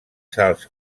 sals